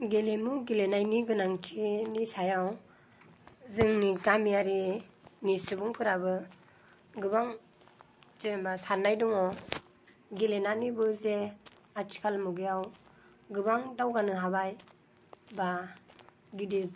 गेलेमु गेलेनायनि गोनांथिनि सायाव जोंनि गामियारिनि सुबुंफोराबो गोबां जेनेबा साननाय दङ गेलेनानैबो जे आथिखाल मुगायाव गोबां दावगानो हाबाय बा गिदिर